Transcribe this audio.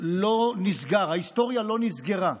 לא נסגר, ההיסטוריה לא נסגרה.